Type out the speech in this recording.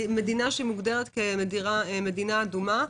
מדינה שמוגדרת כמדינה אדומה,